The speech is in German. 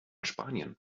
spanien